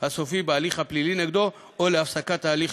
סופי בהליך הפלילי נגדו או הפסקת ההליך,